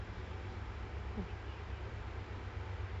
kalau phase three they allow us to you know